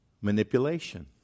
Manipulation